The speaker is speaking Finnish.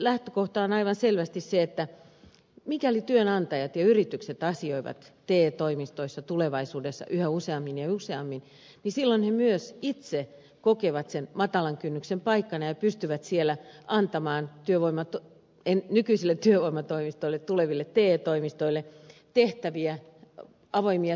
lähtökohta on aivan selvästi se että mikäli työnantajat ja yritykset asioivat te toimistoissa tulevaisuudessa yhä useammin ja useammin niin silloin he myös itse kokevat sen matalan kynnyksen paikkana ja pystyvät siellä antamaan nykyisille työvoimatoimistoille tuleville te toimistoille tehtäviä avoimia työpaikkoja